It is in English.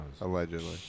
Allegedly